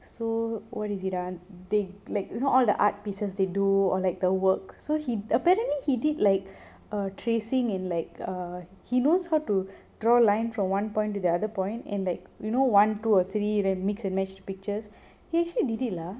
so what is it ah they like you know all the art pieces they do or like the work so he apparently he did like a tracing in like err he knows how to draw line from one point to the other point and like you know one two or three then mixed and matched pictures he actually did it lah